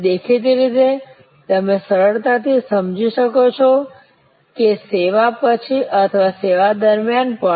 અને દેખીતી રીતે તમે સરળતાથી સમજી શકો છો કે સેવા પછી અથવા સેવા દરમિયાન પણ